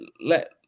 let